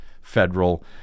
federal